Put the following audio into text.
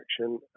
action